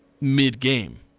mid-game